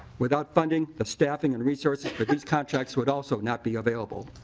without funding the staffing and resource for these contracts would also not be available.